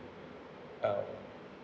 uh